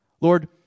Lord